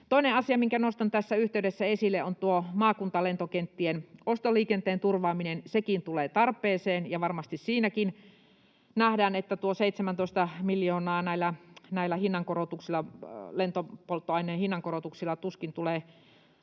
Toinen asia, minkä nostan tässä yhteydessä esille, on maakuntalentokenttien ostoliikenteen turvaaminen. Sekin tulee tarpeeseen, ja varmasti siinäkin nähdään, että tuo 17 miljoonaa näillä lentopolttoaineen hinnankorotuksilla tuskin tulee riittämään.